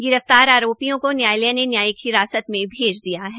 गिरफ्तार अरोपियों को न्यायालय ने न्यायिक हिरासत मे भेज दिया है